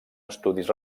estudis